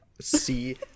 See